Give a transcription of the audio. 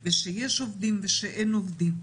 או עניין של יש עובדים או אין עובדים,